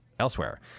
elsewhere